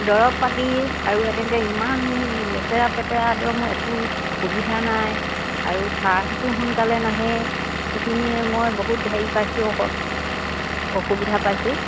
দৰৱ পাতি আৰু এনেকৈ ইমান লেতেৰা পেতেৰা দৰ মই একো সুবিধা নাই আৰু চাহটো সোনকালে নাহে সেইখিনিয়ে মই বহুত হেৰি পাইছোঁ আকৌ অসুবিধা পাইছোঁ